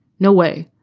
no way.